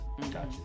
Gotcha